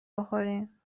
بخوریم